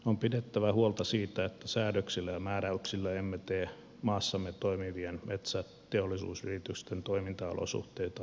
on pidettävä huolta siitä että säädöksillä ja määräyksillä emme tee maassamme toimivien metsäteollisuusyritysten toimintaolosuhteita mahdottomiksi